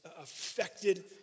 affected